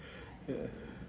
uh